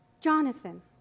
Jonathan